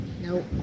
Nope